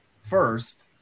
first